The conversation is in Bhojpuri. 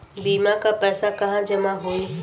बीमा क पैसा कहाँ जमा होई?